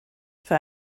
für